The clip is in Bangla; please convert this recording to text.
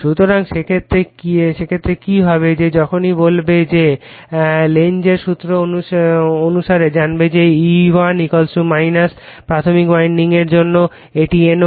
সুতরাং সেক্ষেত্রে কি হবে যে যখনই বলবে যে লেনজের সূত্র অনুসারে জানবে যে E1 প্রাথমিক উইন্ডিংয়ের জন্য এটি N1